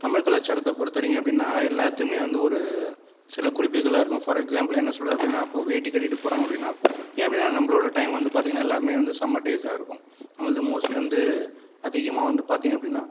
தமிழ் கலாச்சாரத்தை பொறுத்த வரைக்கும் எப்படின்னால் எல்லாத்தையுமே வந்து ஒரு சில குறிப்புகளெல்லாம் இருக்கும் ஃபார் எக்ஸாம்பிள் என்ன சொல்கிறது அப்படின்னால் இப்போது வேட்டி கட்டிக்கிட்டு போகிறாங்க அப்படின்னால் ஏன் அப்படின்னால் நம்மளோடய டைம் வந்து பார்த்தீங்கன்னா எல்லாமே வந்து சம்மர் டேஸ்ஸாக இருக்கும் நம்மளது மோஸ்ட்லி வந்து அதிகமாக வந்து பார்த்தீங்க அப்படின்னால்